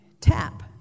tap